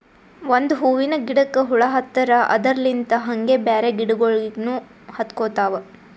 ಒಂದ್ ಹೂವಿನ ಗಿಡಕ್ ಹುಳ ಹತ್ತರ್ ಅದರಲ್ಲಿಂತ್ ಹಂಗೆ ಬ್ಯಾರೆ ಗಿಡಗೋಳಿಗ್ನು ಹತ್ಕೊತಾವ್